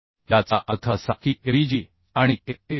याचा अर्थ असा कीAvg आणि AᵥₐAᵥ